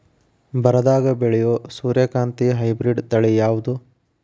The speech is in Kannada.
ಬರದಾಗ ಬೆಳೆಯೋ ಸೂರ್ಯಕಾಂತಿ ಹೈಬ್ರಿಡ್ ತಳಿ ಯಾವುದು?